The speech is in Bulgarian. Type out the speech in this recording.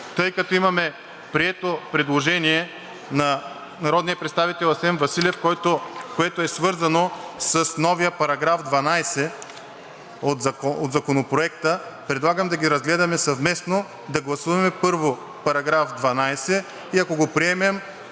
тъй като имаме прието предложение на народния представител Асен Василев, което е свързано с новия § 12 от Законопроекта, предлагам да ги разгледаме съвместно. Да гласуваме първо § 12 и ако го приемем,